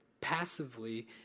passively